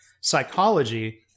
psychology